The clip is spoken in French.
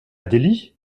delhi